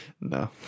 no